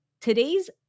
today's